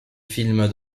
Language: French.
film